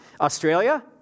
Australia